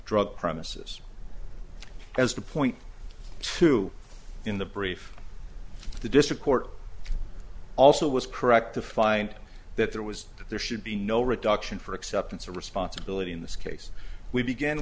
drug premises as to point to in the brief the district court also was correct to find that there was there should be no reduction for acceptance of responsibility in this case we beg